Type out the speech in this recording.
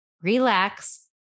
relax